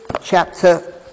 chapter